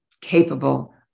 capable